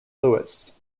louis